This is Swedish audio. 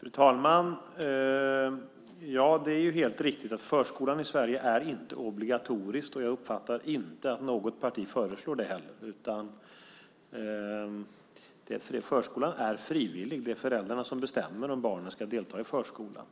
Fru talman! Det är helt riktigt att förskolan i Sverige inte är obligatorisk. Jag uppfattar inte heller att något parti föreslår det. Förskolan är frivillig. Det är föräldrarna som bestämmer om barnen ska delta i förskolan.